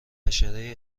حشره